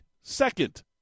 second